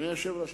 אדוני היושב-ראש,